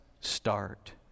start